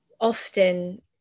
often